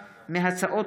מאת חברי הכנסת